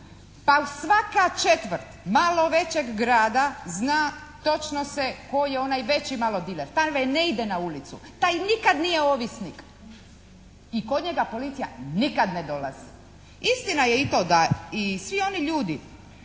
Pa svaka četvrt malo većeg grada zna točno se tko je onaj veći malo diler. Taj vam ne ide na ulicu, taj nikad nije ovisnik i kod njega policija nikad ne dolazi. Istina je i to da svi oni ljudi